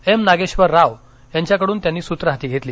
M Nageshwar Rao यांच्याकडून त्यांनी सूत्र हाती घेतली